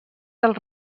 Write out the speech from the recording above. del